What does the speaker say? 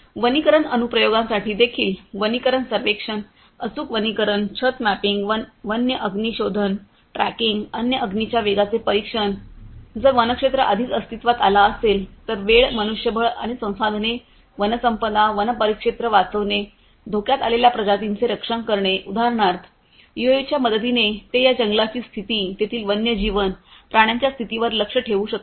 वनीकरण अनुप्रयोगांसाठी देखील वनीकरण सर्वेक्षण अचूक वनीकरण छत मॅपिंग वन्य अग्नि शोधन ट्रॅकिंग वन्य अग्नीच्या वेगाचे परीक्षण जर वनक्षेत्र आधीच अस्तित्वात आला असेल तर वेळ मनुष्यबळ आणि संसाधने वनसंपदा वन परिक्षेत्र वाचवणे धोक्यात आलेल्या प्रजातींचे रक्षण करणे उदाहरणार्थ यूएव्हीच्या मदतीने ते या जंगलांची स्थिती तेथील वन्यजीव प्राण्यांच्या स्थितीवर लक्ष ठेवू शकतात